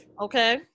Okay